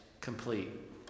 complete